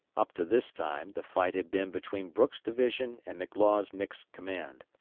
up to this time the fight had been between brooks' division and mclaws' mixed command.